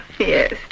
Yes